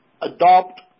adopt